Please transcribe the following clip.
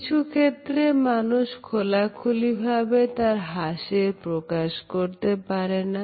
কিছু ক্ষেত্রে মানুষ খোলাখুলিভাবে তার হাসির প্রকাশ করতে পারে না